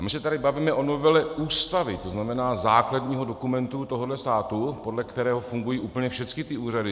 A my se tady bavíme o novele Ústavy, to znamená základního dokumentu tohoto státu, podle kterého fungují úplně všechny ty úřady.